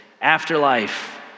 afterlife